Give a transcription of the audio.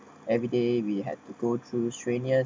every day we had to go through trainers